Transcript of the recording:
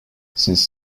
since